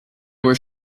were